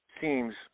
seems